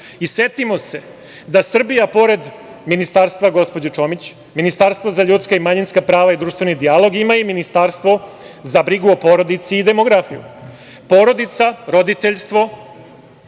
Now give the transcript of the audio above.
tome. Setimo se da Srbija pored ministarstva gospođe Čomić, Ministarstva za ljudska i manjinska prava i društveni dijalog ima i Ministarstvo za brigu o porodici i demografiju. Porodica, roditeljstvo,